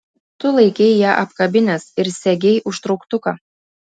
tu laikei ją apkabinęs ir segei užtrauktuką